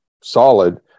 solid